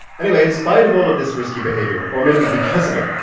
anyway, in spite of all of this risky behavior, or maybe because of it,